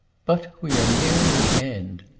but we are nearing the end.